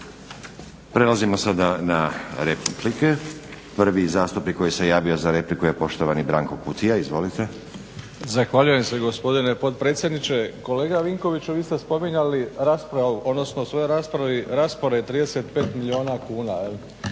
Prelazimo sada na replike. Prvi zastupnik koji se javio za repliku je poštovani Branko Kutija. Izvolite. **Kutija, Branko (HDZ)** Zahvaljujem se gospodine potpredsjedniče. Kolega Vinkoviću, vi ste spominjali raspravu, odnosno u